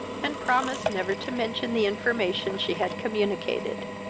and promised never to mention the information she had communicated.